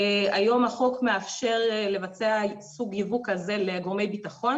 היום החוק מאפשר לבצע סוג ייבוא כזה לגורמי ביטחון.